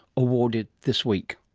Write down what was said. awarded this week.